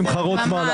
שמחה רוטמן,